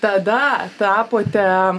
tada tapote